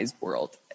world